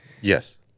Yes